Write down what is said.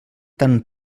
tant